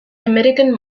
american